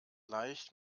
leicht